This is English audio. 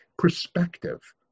perspective